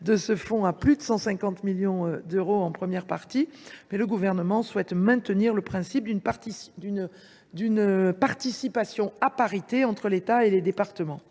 de ce fonds à plus de 150 millions d’euros en première partie du PLF, mais le Gouvernement souhaite maintenir le principe d’une participation à parité entre l’État et les départements.